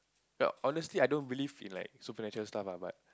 but honestly I don't believe in like supernatural stuff ah but